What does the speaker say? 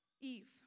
Eve